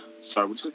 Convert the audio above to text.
sorry